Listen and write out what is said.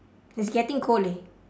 it's getting cold leh